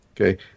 Okay